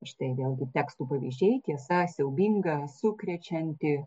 štai vėl gi tekstų pavyzdžiai tiesa siaubinga sukrečianti